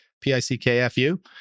P-I-C-K-F-U